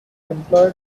employed